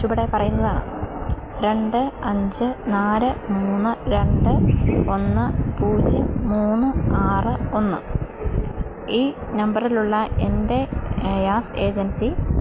ചുവടെ പറയുന്നതാണ് രണ്ട് അഞ്ച് നാല് മൂന്ന് രണ്ട് ഒന്ന് പൂജ്യം മൂന്ന് ആറ് ഒന്ന് ഈ നമ്പറിലുള്ള എൻ്റെ ഗ്യാസ് ഏജൻസി